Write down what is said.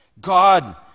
God